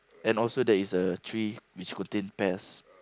and also there is a tree which contain pest